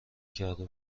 کرده